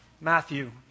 Matthew